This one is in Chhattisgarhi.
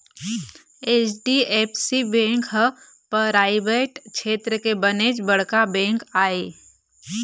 एच.डी.एफ.सी बेंक ह पराइवेट छेत्र के बनेच बड़का बेंक आय